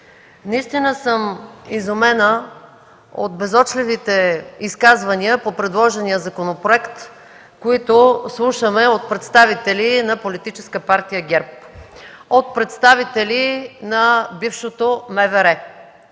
Наистина съм изумена от безочливите изказвания по предложения законопроект, които слушаме от представители на Политическа партия ГЕРБ, от представители на бившето МВР,